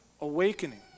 awakening